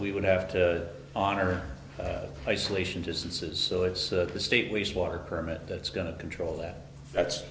we would have to honor isolation distances so it's the state wastewater permit that's going to control that that's